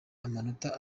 amanota